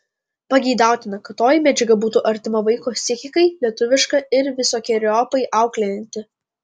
pageidautina kad toji medžiaga būtų artima vaiko psichikai lietuviška ir visokeriopai auklėjanti